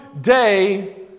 day